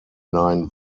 nine